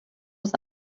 was